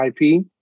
IP